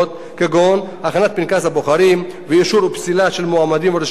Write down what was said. כגון הכנת פנקס הבוחרים ואישור ופסילה של מועמדים ורשימות,